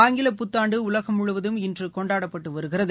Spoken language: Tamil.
ஆங்கில புத்தாண்டு உலகம் முழுவதும் இன்று கொண்டாடப்பட்டு வருகிறது